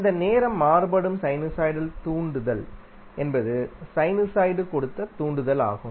இந்த நேரம் மாறுபடும் சைனுசாய்டல் தூண்டுதல் என்பது சைனுசாய்டு கொடுத்த தூண்டுதல் ஆகும்